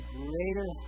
greater